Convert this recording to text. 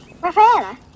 Rafaela